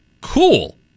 cool